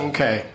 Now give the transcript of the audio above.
Okay